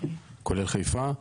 כולל חיפה.